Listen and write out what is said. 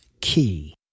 Key